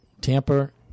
tamper